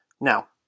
Now